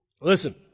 Listen